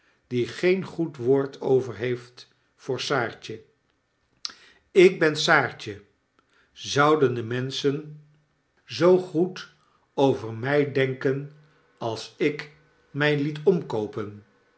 die geen goed woord overheeft voor saartje ik ben saartje zouden de menschen zoo goed over my denken als ik my liet omkoopen